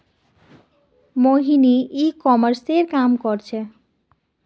मोहिनी ई कॉमर्सेर काम कर छेक्